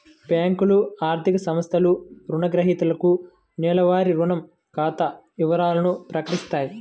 బ్యేంకులు, ఆర్థిక సంస్థలు రుణగ్రహీతలకు నెలవారీ రుణ ఖాతా వివరాలను ప్రకటిత్తాయి